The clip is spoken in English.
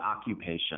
occupation